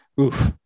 Oof